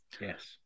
Yes